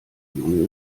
junge